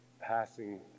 passing